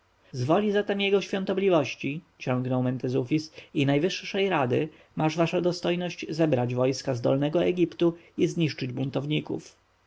woli zatem jego świątobliwości ciągnął mentezufis i najwyższej rady masz wasza dostojność zebrać wojska z dolnego egiptu i zniszczyć buntowników